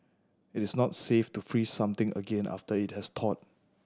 it is not safe to freeze something again after it has thawed